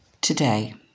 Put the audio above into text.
Today